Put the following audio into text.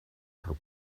her